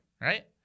right